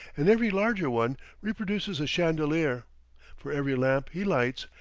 and every larger one reproduces a chandelier for every lamp he lights,